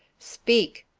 speak!